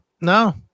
No